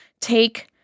take